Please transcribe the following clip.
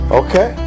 okay